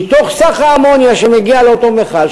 מתוך האמוניה שמגיעה לאותו מכל,